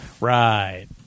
right